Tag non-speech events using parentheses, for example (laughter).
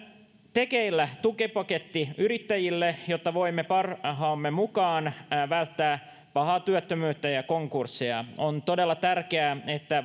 tekeillä tukipaketti yrittäjille jotta voimme parhaamme mukaan välttää pahaa työttömyyttä ja konkursseja on todella tärkeää että (unintelligible)